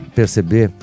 perceber